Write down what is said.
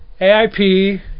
AIP